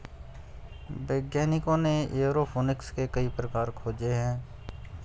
वैज्ञानिकों ने एयरोफोनिक्स के कई प्रकार खोजे हैं